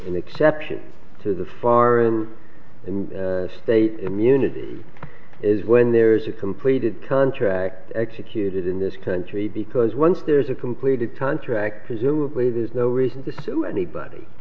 an exception to the far in state immunity is when there's a completed contract executed in this country because once there's a completed contract presumably there's no reason to sue anybody